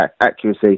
accuracy